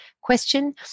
question